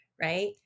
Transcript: right